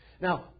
Now